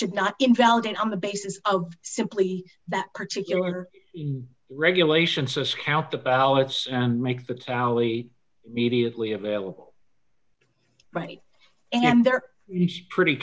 should not invalidate on the basis of simply that particular regulation says count the ballots and make the tally immediately available right and they're pretty